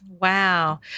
Wow